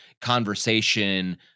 conversation